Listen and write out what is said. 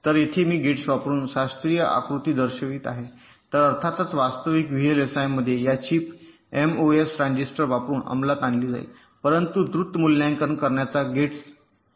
तर येथे मी गेट्स वापरून शास्त्रीय आकृती दर्शवित आहे परंतु अर्थातच वास्तविक व्हीएलएसआय मध्ये या चीप एमओएस ट्रान्झिस्टर वापरुन अंमलात आणली जाईल परंतु द्रुत मूल्यांकन करण्याचा प्रयत्न गेट्स वापरणे करूया